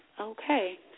Okay